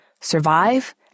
Survive